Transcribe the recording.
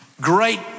Great